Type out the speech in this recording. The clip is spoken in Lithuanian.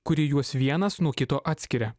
kuri juos vienas nuo kito atskiria